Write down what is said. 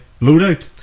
Loadout